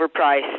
overpriced